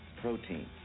protein